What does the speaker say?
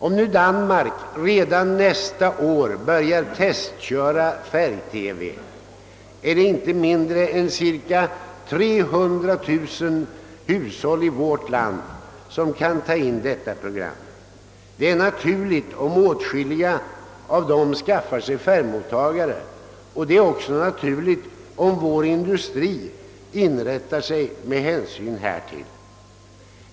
Och om Danmark redan nästa år börjar testköra färg-TV, är det inte mindre än cirka 300 000 hushåll i vårt land som kan ta in dessa sändningar. Det är naturligt om åtskilliga av dem skaffar sig färgmottagare, och det är också naturligt om vår industri inrättar sig med hänsyn härtill.